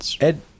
Ed